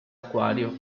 acquario